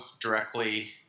directly